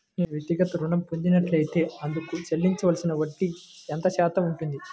నేను వ్యక్తిగత ఋణం పొందినట్లైతే అందుకు చెల్లించవలసిన వడ్డీ ఎంత శాతం ఉంటుంది?